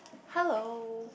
hello